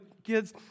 kids